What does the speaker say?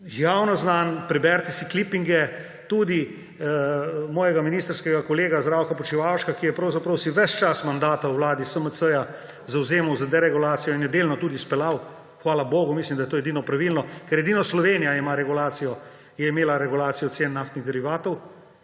javno znan. Preberite si klipinge, tudi mojega ministrskega kolega Zdravka Počivalška, ki je pravzaprav si ves čas mandata v vladi SMC zavzemal za deregulacijo in jo delno tudi izpeljal. Hvala bogu, mislim, da je to edino pravilno, ker edino Slovenija je imela regulacijo cen naftnih derivatov;